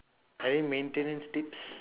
any maintenance tips